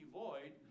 void